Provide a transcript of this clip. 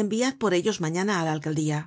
enviad por ellos mañana á la alcaldía